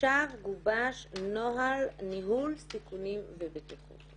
עכשיו גובש נוהל ניהול סיכונים ובטיחות.